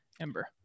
Ember